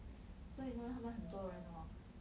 so you know 他们很多人 hor